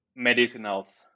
medicinals